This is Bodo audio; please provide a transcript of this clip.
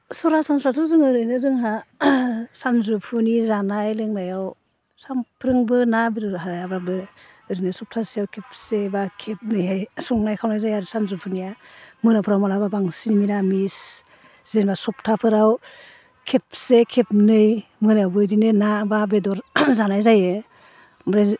सरासनस्राथ' जों ओरैनो जोंहा सानजौफुनि जानाय लोंनायाव सानफ्रोमबो ना बेदर जायाब्लाबो ओरैनो सफ्थासेयाव खेबसे बा खेबनैहाय संनाय खावनाय जायो आरो सानजौफुनिया मोनाफोराव माब्लाबा बांसिन निरामिस जेन'बा सफ्थाफोराव खेबसे खेबनै मोनायावबो बिदिनो ना एबा बेदर जानाय जायो ओमफ्राय